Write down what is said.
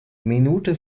minute